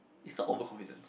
is the over confidence